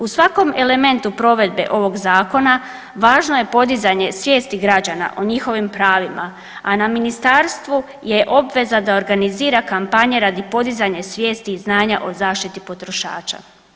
U svakom elementu provedbe ovog zakona važno je podizanje svijesti građana o njihovim pravima, a na ministarstvu je obveza da organizira kampanje radi podizanja svijesti i znanje o zaštiti potrošača.